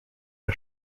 der